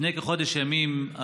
לפני כחודש ימים,